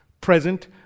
present